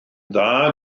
dda